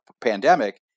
pandemic